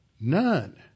none